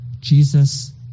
Jesus